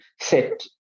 set